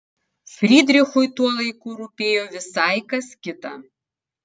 frydrichui tuo laiku rūpėjo visai kas kita